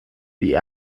die